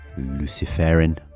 Luciferin